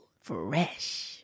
Fresh